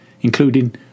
including